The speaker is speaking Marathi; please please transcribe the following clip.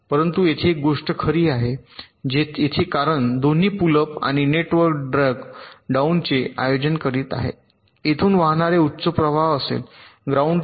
परंतु येथे एक गोष्ट खरी आहे येथे कारण दोन्ही पुल अप आणि नेटवर्क ड्रॅग डाउनचे आयोजन करीत आहे येथून वाहणारे उच्च प्रवाह असेल ग्राउंड ते व्ही